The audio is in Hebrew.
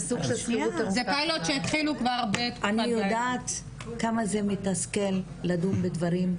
אני יודעת כמה זה מתסכל לדון בדברים,